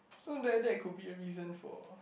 so that that could be a reason for